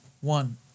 one